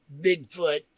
Bigfoot